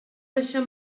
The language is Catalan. deixar